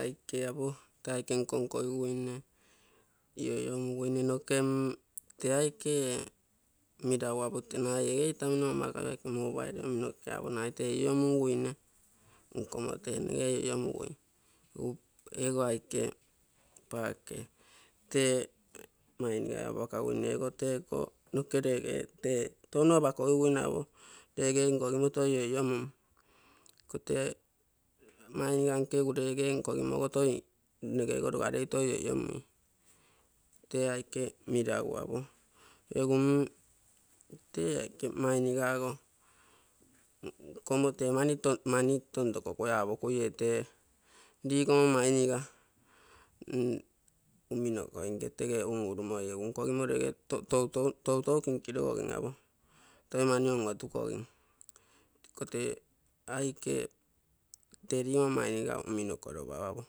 Aike apo tee aike nko-nkogiguine ioiomunguine noke mm tee aike meragu apo, tee aike ege itamino mobali omi nagai tee tege iniomuine nkomo tee nege iniomugui ego aike paake teekomainigai anapakaguine ogo teeko rege tee touno apakogimogo nege ogo logarei toi ioiomui, tee aike meragu apo, egu mm tee aike mainigugo nkomo tee mani tonkokui tee ligomma mainiga mm ummokoinke tege unurumoi nkogimo tege toutou kinkirogogim toi mani on-otukogim, iko tee aike tee ligomma mainiga unimokonopau apo,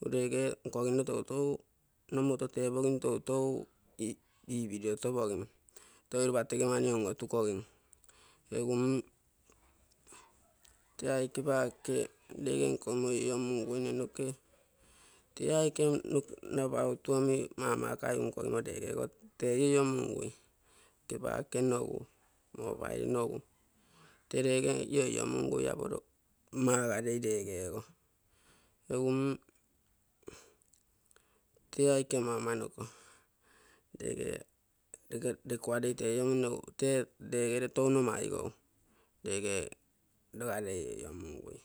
egu tege nkogino toutou nomoto tepegim, toutou ipiri-otopogim toi ropa tege mani on-otukogim egu mm tee aike paake tege nkogimo ioiomunguine noke ee aike nabautu omi mamakaigu nkogimo tege ogo tege io-iomungui. Aike paake nogu mobali nogu tee tege io-iomungui magarei rege-ogo egu mm tee aike ama-amanoko tege rekuarei tee in-iomunne egu tee tegere touno maigou egu tege logarei in-iomungui.